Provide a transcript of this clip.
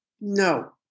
No